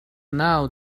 now